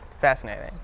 Fascinating